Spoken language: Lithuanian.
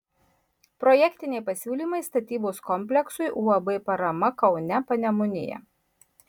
projektiniai pasiūlymai statybos kompleksui uab parama kaune panemunėje